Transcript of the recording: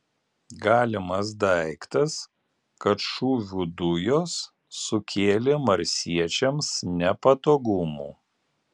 galimas daiktas kad šūvių dujos sukėlė marsiečiams nepatogumų